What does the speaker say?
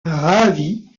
ravi